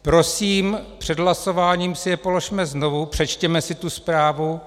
Prosím, před hlasováním si je položme znovu, přečtěme si tu zprávu.